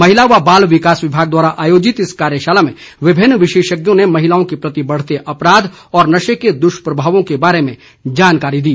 महिला व बाल विकास विभाग द्वारा आयोजित इस कार्यशाला में विभिन्न विशेषज्ञों ने महिलाओं के प्रति बढ़ते अपराध और नशे के दुष्प्रभावों के बारे में जानकारी दी